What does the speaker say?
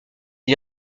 est